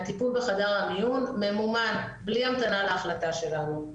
הטיפול בחדר המיון ממומן בלי המתנה להחלטה שלנו.